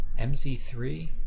MZ3